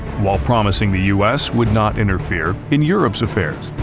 while promising the us would not interfere in europe's affairs.